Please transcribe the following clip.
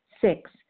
Six